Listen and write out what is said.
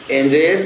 enjoy